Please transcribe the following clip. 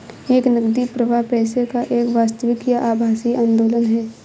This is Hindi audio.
एक नकदी प्रवाह पैसे का एक वास्तविक या आभासी आंदोलन है